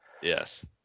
Yes